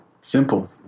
Simple